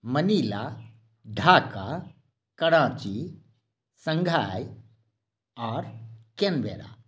Manila Dhaka Karachi Shanghai आओर Canberra